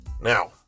Now